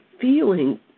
feeling